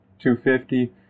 250